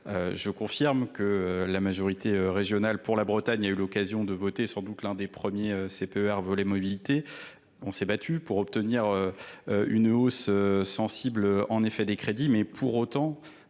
R. confirme que la majorité régionale pour la Bretagne a eu l'occasion de voter sans doute l'un des 1ᵉʳˢ P E r volets mobilités. On s'est battu pour obtenir une hausse sensible des crédits mais pour autant